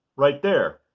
right there.